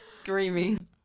Screaming